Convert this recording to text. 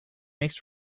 makes